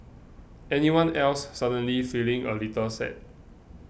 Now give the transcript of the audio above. anyone else suddenly feeling a little sad